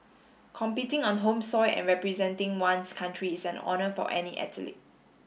competing on home soil and representing one's country is an honour for any athlete